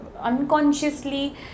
unconsciously